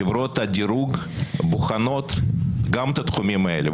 חברות הדירוג בוחנות גם את התחומים האלה.